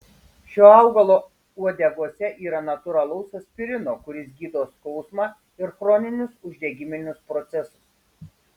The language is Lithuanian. šio augalo uogose yra natūralaus aspirino kuris gydo skausmą ir chroninius uždegiminius procesus